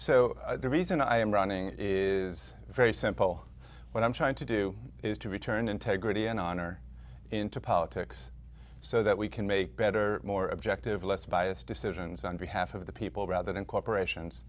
so the reason i am running is very simple what i'm trying to do is to return integrity and honor into politics so that we can make better more objective less biased decisions on behalf of the people rather than corporations